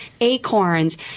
acorns